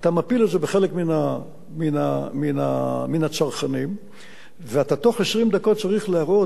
אתה מפיל את זה לחלק מן הצרכנים ואתה בתוך 20 דקות צריך להראות